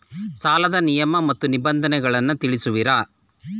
ಸಾಲದ ನಿಯಮ ಮತ್ತು ನಿಬಂಧನೆಗಳನ್ನು ತಿಳಿಸುವಿರಾ?